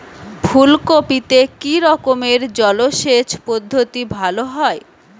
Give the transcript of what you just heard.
ফুলকপিতে কি রকমের জলসেচ পদ্ধতি ভালো হয়?